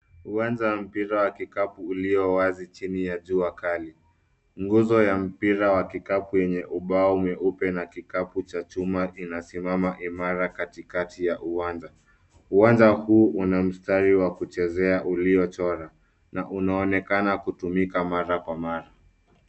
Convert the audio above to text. Uwanja wa mpira wa kikapu uliowazi chini ya jua kali. Nguzo ya mpira wa kikapu yenye ubao mweupe na kikapu cha chuma inasimama imara katikati ya uwanja. Uwanja huu una mstari wa kuchezea uliochora na unaonekana kutumika mara kwa mara.